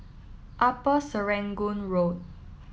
Upper Serangoon Road